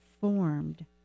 formed